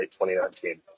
2019